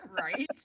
Right